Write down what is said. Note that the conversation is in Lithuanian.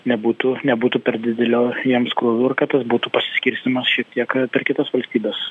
nebūtų nebūtų per didelio jiems krūvio ir kad būtų pasiskirstymas šiek tiek per kitas valstybes